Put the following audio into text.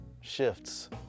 shifts